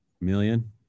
million